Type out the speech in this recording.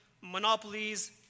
monopolies